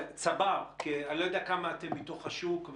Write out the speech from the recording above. צבר, אני לא יודע כמה אתם מתוך השוק.